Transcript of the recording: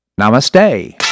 namaste